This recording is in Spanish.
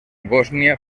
bosnia